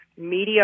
media